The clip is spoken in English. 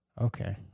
Okay